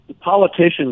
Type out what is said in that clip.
Politicians